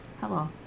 hello